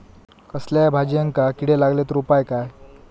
कसल्याय भाजायेंका किडे लागले तर उपाय काय?